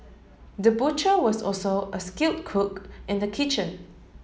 the butcher was also a skilled cook in the kitchen